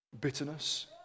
bitterness